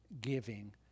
giving